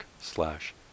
slash